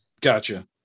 Gotcha